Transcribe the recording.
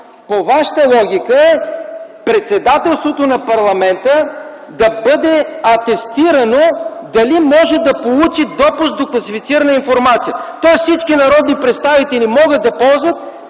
По Вашата логика – Председателството на парламента да бъде атестирано дали може да получи допуск до класифицирана информация? Тоест всички народни представители могат да ползват,